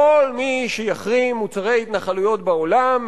כל מי שיחרים מוצרי התנחלויות בעולם,